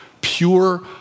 pure